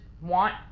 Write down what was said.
want